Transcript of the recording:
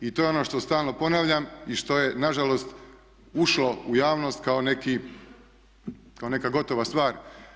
I to je ono što stalno ponavljam i što je na žalost ušlo u javnost kao neki, kao neka gotova stvar.